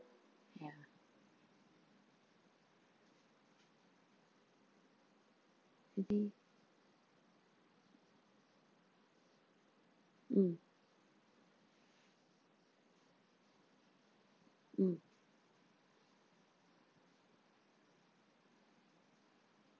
yeah fifty mm mm